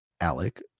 alec